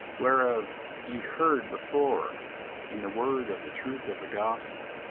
whereof ye heard before in the word of the truth of the gospel